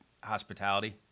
Hospitality